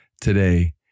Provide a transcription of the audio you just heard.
today